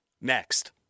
Next